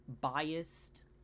biased